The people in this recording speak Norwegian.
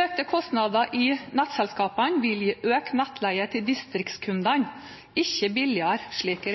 Økte kostnader i nettselskapene vil gi økt nettleie til distriktskundene – ikke billigere, slik